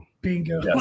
Bingo